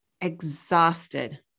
exhausted